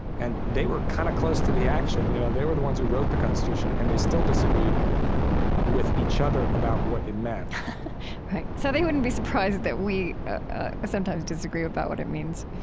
and they were kind of close to the action. you know they were the ones who wrote the constitution, and they still disagreed with each other about what it meant right. so, they wouldn't be surprised that we ah sometimes disagree about what it means?